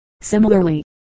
Similarly